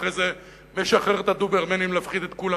אחרי זה משחרר את הדוברמנים להפחיד את כולם,